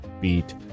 beat